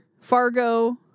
Fargo